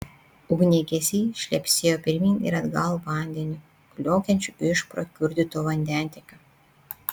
ugniagesiai šlepsėjo pirmyn ir atgal vandeniu kliokiančiu iš prakiurdyto vandentiekio